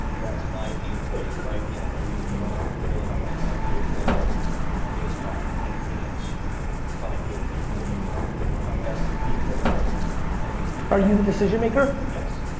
that's my pain point right now. we've gone ah almost nine years now and we've hit a spot. i can't find good people. you invest in people and that's one of your things. are you the decision maker? yes.